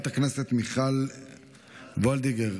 חבר הכנסת עודד פורר,